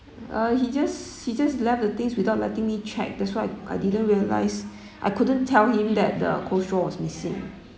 uh he just he just left the things without letting me check that's why I didn't realise I couldn't tell him that the coleslaw was missing